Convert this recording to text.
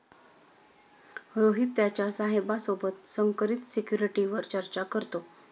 रोहित त्याच्या साहेबा सोबत संकरित सिक्युरिटीवर चर्चा करतो